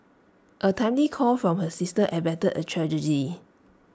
A timely call from her sister averted A tragedy